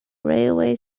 railway